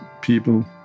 people